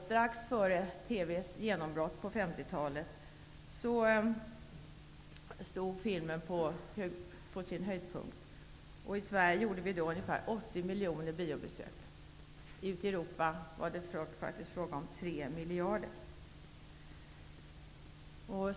Strax före TV:s genombrott på 50-talet stod filmen på sin höjdpunkt. I Sverige gjordes då ungefär 80 miljoner biobesök. Ute i Europa var det faktiskt fråga om 3 miljarder.